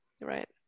Right